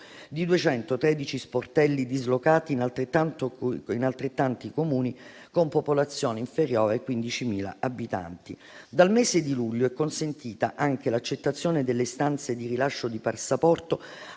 di 213 sportelli dislocati in altrettanti Comuni con popolazione inferiore ai 15.000 abitanti. Dal mese di luglio è consentita anche l'accettazione delle istanze di rilascio di passaporto